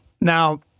Now